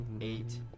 Eight